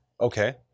Okay